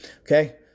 Okay